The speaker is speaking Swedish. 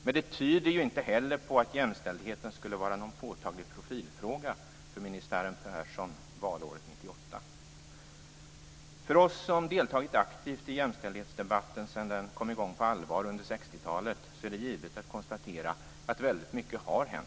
Men det tyder ju inte heller på att jämställdheten skulle vara någon påtaglig profilfråga för ministären Persson valåret 1998. För oss som deltagit aktivt i jämställdhetsdebatten sedan den kom i gång på allvar under 60-talet, är det givet att konstatera att väldigt mycket har hänt.